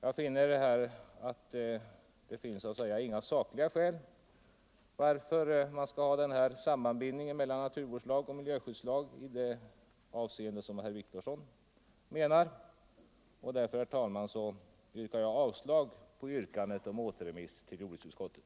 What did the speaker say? Jag finner således inga sakliga skäl för sammanbindningen mellan naturvårdslag och miljöskyddslag i det avseende som herr Wictorsson menar. Därför, herr talman, yrkar jag avslag på yrkandet om återremiss till jordbruksutskottet.